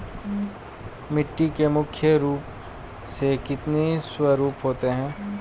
मिट्टी के मुख्य रूप से कितने स्वरूप होते हैं?